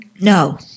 No